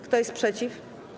Kto jest przeciw?